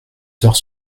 heures